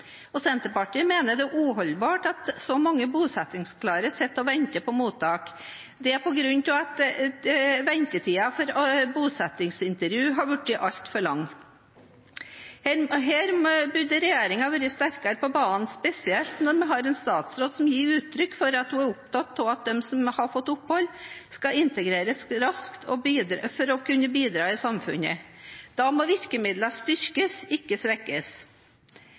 bosettingsklare. Senterpartiet mener det er uholdbart at så mange bosettingsklare sitter og venter på mottak. Det er på grunn av at ventetiden for bosettingsintervju har blitt altfor lang. Her burde regjeringen vært sterkere på banen, spesielt når vi har en statsråd som gir uttrykk for at hun er opptatt av at de som har fått opphold, skal integreres raskt for å kunne bidra i samfunnet. Da må virkemidlene styrkes, ikke svekkes.